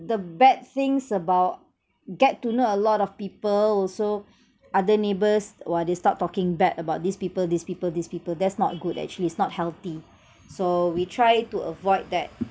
the bad things about get to know a lot of people also other neighbours !wah! they start talking bad about these people these people these people that's not good actually it's not healthy so we try to avoid that